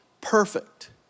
perfect